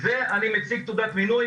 ואני מציג תעודת מינוי.